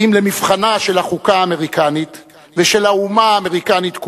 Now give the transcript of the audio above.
אם למבחנה של החוקה האמריקנית ושל האומה האמריקנית כולה,